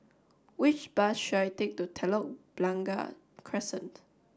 which bus should I take to Telok Blangah Crescent